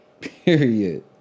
Period